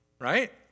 Right